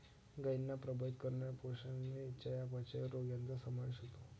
गायींना प्रभावित करणारे पोषण आणि चयापचय रोग यांचा समावेश होतो